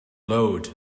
load